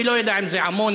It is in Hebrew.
אני לא יודע אם זה עמונה,